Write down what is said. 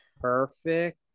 perfect